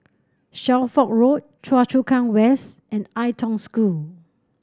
Shelford Road Choa Chu Kang West and Ai Tong School